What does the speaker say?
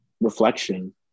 reflection